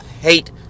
hate